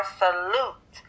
salute